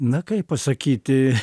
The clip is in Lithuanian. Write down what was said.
na kaip pasakyti